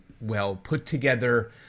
well-put-together